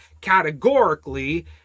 categorically